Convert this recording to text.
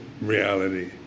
reality